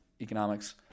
economics